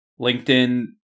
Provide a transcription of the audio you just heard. LinkedIn